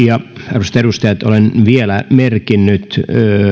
arvoisat edustajat olen vielä merkinnyt